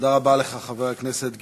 תודה רבה לך, חבר הכנסת גילאון.